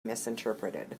misinterpreted